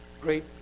great